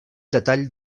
detall